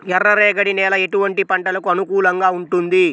ఎర్ర రేగడి నేల ఎటువంటి పంటలకు అనుకూలంగా ఉంటుంది?